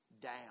down